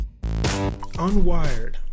Unwired